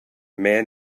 man